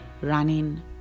running